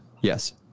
Yes